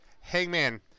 Hangman